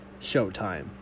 showtime